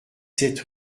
sept